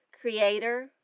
creator